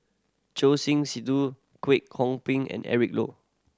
Choor Singh Sidhu Kwek Hong Png and Eric Low